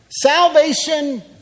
salvation